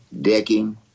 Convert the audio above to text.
Decking